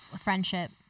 friendship